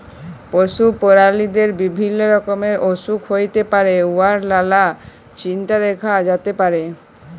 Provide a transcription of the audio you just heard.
পশু পেরালিদের বিভিল্য রকমের অসুখ হ্যইতে পারে উয়ার লালা চিল্হ দ্যাখা যাতে পারে